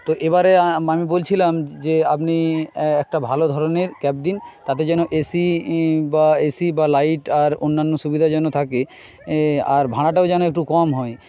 তো এবারে আমি বলছিলাম যে আপনি একটা ভালো ধরনের ক্যাব দিন তাতে যেন এসি বা এসি বা লাইট আর অন্যান্য সুবিধা যেন থাকে এ আর ভাড়াটাও যেন একটু কম হয়